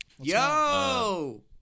Yo